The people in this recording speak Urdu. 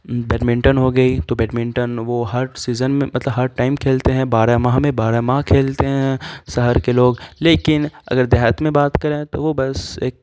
بیڈمنٹن ہو گئی تو بیڈمنٹن وہ ہر سیزن میں مطلب ہر ٹائم کھیلتے ہیں بارہ ماہ میں بارہ ماہ کھیلتے ہیں شہر کے لوگ لیکن اگر دیہات میں بات کریں تو وہ بس ایک